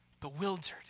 bewildered